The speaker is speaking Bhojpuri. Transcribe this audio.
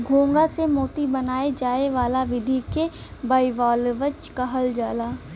घोंघा से मोती बनाये जाए वाला विधि के बाइवाल्वज कहल जाला